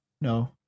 no